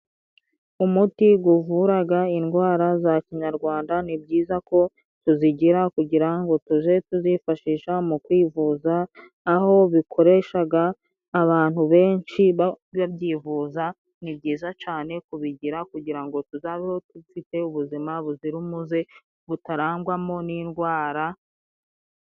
Umuti guvuraga indwara za Kinyarwanda ni byiza ko tuzigira kugira ngo tuje tuzifashisha mu kwivuza, aho bikoreshaga abantu benshi babyivuza. Ni byiza cane kubigira kugira ngo tuzabeho dufite ubuzima buzira umuze, butarangwamo n’indwara.